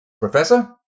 Professor